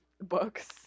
books